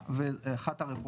אתם